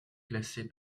classé